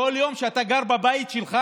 כל יום שאתה גר בבית שלך